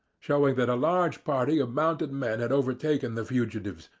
showing that a large party of mounted men had overtaken the fugitives,